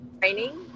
training